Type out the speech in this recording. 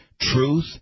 Truth